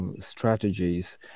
strategies